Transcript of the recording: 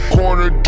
corner